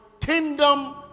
kingdom